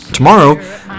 Tomorrow